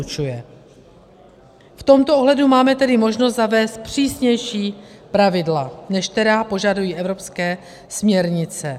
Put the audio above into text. V tomto ohledu máme tedy možnost zavést přísnější pravidla, než která požadují evropské směrnice.